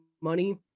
money